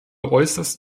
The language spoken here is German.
äußerst